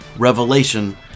revelation